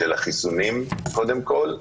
גם של החיסונים קודם כול,